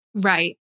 Right